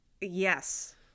yes